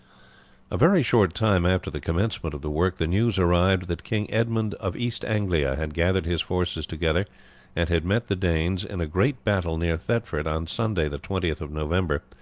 a very short time after the commencement of the work the news arrived that king edmund of east anglia had gathered his forces together and had met the danes in a great battle near thetford on sunday the twentieth of november,